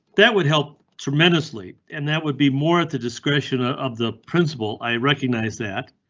that would help tremendously, and that would be more at the discretion ah of the principle. i recognize that.